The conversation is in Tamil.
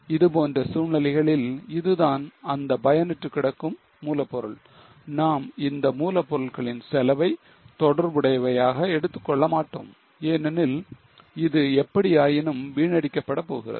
இதுபோன்ற சூழ்நிலைகளில் இதுதான் அந்த பயனற்று கிடக்கும் மூலப்பொருள்கள் நாம் இந்த மூலப்பொருட்களின் செலவை தொடர்புடவையாக எடுத்துக்கொள்ளமாட்டோம் ஏனெனில் இது எப்படி ஆயினும் வீணடிக்கப்பட்ட போகிறது